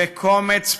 וקומץ פעילים,